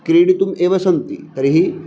क्रीडितुम् एव सन्ति तर्हि